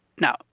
now